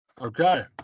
Okay